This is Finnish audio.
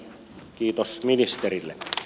kiitos ministerille